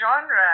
genre